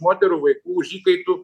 moterų vaikų už įkaitų